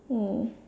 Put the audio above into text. mm